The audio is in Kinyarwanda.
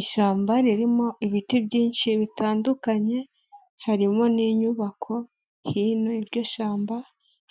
Ishyamba ririmo ibiti byinshi bitandukanye. Harimo n'inyubako, hino y'iryo shyamba